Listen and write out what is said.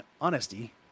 honesty